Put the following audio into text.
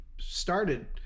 started